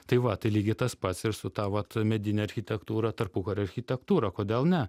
tai va tai lygiai tas pats ir su ta vat medine architektūra tarpukario architektūra kodėl ne